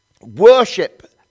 worship